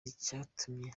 icyatumye